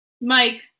Mike